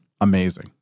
amazing